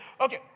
Okay